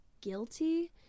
guilty